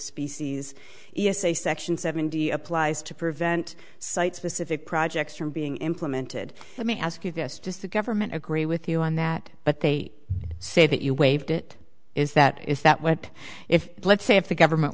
species e s a section seventy applies to prevent site specific projects from being implemented let me ask you this just the government agree with you on that but they say that you waived it is that is that what if let's say if the government